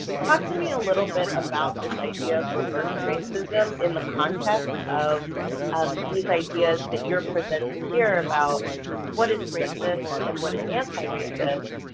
talk to me a little bit about this idea of reverse racism in the context of um these ideas that you're presenting here, about what is racist and what is anti-racist.